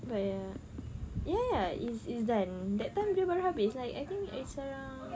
ya ya ya ya it's it's done that time dorang baru habis like I think it's around